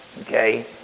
Okay